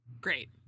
Great